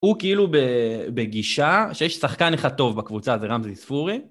הוא כאילו בגישה שיש שחקן אחד טוב בקבוצה, זה רמזי ספורי.